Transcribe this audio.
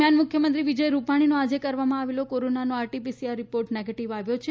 દરમિયાન મુખ્યમંત્રી વિજય રૂપાણીનો આજે કરવામાં આવેલો કોરોનાનો આરટીપીસીઆર રીપોર્ટ નેગેટીવ આવ્યો છે